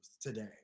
today